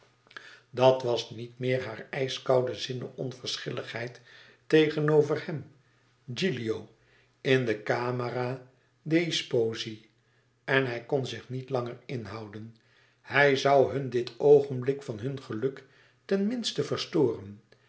dat was niet meer hare ijskoude zinnen onverschilligheid tegenover hem gilio in de camera dei sposi en hij kon zich niet langer inhouden hij zoû haar dit oogenblik van hun geluk ten minste verstoren